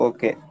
Okay